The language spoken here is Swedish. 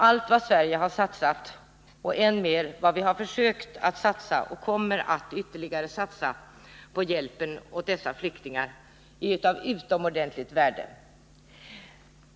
Allt vad Sverige har satsat, och än mer vad Sverige har försökt att satsa och ytterligare kommer att satsa, på hjälpen åt dessa flyktingar är av utomordentligt stort värde.